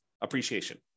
appreciation